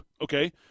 okay